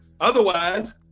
otherwise